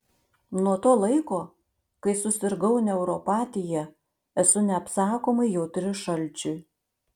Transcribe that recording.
nuo to laiko kai susirgau neuropatija esu neapsakomai jautri šalčiui